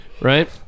right